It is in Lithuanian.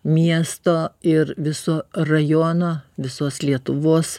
miesto ir viso rajono visos lietuvos